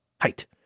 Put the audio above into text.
height